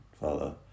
father